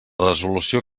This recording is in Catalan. resolució